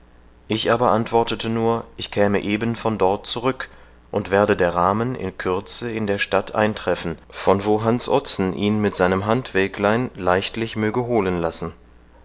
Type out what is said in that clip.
ich aber antwortete nur ich käme eben von dort zurück und werde der rahmen in kürze in der stadt eintreffen von wo hans ottsen ihn mit seinem handwäglein leichtlich möge holen lassen